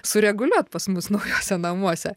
sureguliuot pas mus naujuose namuose